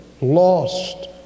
lost